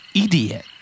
Idiot